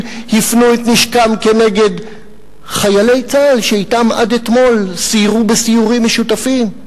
הפנו את נשקם כנגד חיילי צה"ל שאתם עד אתמול סיירו בסיורים משותפים.